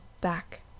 back